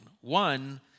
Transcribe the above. One